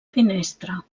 finestra